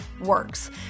works